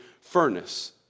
furnace